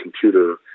computer